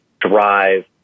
drive